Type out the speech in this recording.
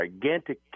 gigantic